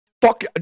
Fuck